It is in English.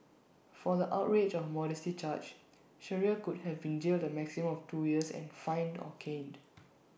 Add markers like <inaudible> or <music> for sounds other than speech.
for the outrage of modesty charge Shearer could have been jailed the maximum of two years and fined or caned <noise>